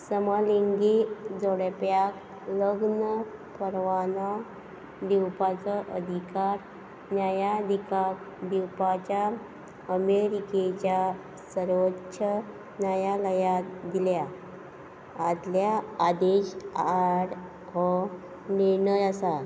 समलिंगी जोडप्याक लग्न परवानो दिवपाचो अधिकार न्यायाधिकाक दिवपाच्या अमेरिकेच्या सर्वोच्छ न्यायालयांत दिल्या आदल्या आदेश आड हो निर्णय आसा